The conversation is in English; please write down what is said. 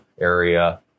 area